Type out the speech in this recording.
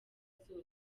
zose